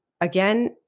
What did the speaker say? Again